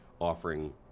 offering